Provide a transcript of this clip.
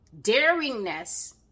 daringness